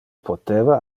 poteva